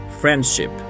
Friendship